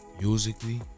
musically